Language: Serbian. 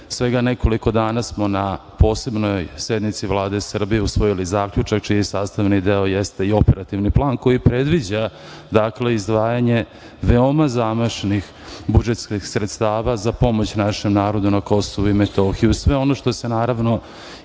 pre nekoliko dana smo na posebnoj sednici Vlade Srbije usvojili zaključak čiji sastavni deo jeste i operativni plan koji predviđa izdvajanje veoma zamašnih budžetskih sredstava za pomoć našem narodu na Kosovu i Metohiji, uz sve ono što se, naravno,